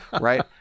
right